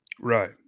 Right